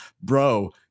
bro